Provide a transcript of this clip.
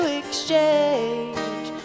exchange